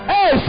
Hey